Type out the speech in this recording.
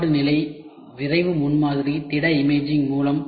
பயன்பாட்டு நிலை விரைவு முன்மாதிரி திட இமேஜிங்